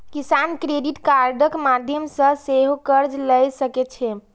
किसान क्रेडिट कार्डक माध्यम सं सेहो कर्ज लए सकै छै